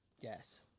Yes